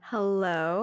Hello